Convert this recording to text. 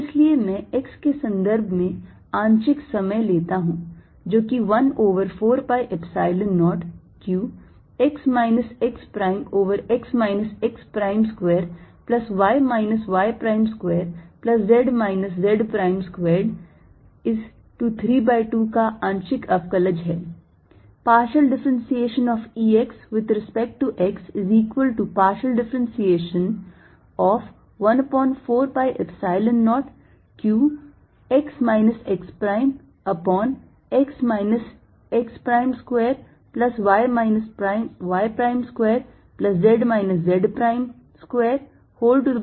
इसलिए मैं x के सन्दर्भ में आंशिक समय लेता हूं जो कि 1 over 4 pi Epsilon 0 q x minus x prime over x minus x prime square plus y minus y prime square plus z minus z prime squared is to 3 by 2 का आंशिक अवकलज है